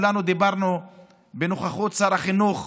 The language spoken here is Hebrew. וכולנו דיברנו בנוכחות שר החינוך,